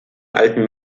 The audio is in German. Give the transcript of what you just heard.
alten